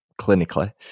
clinically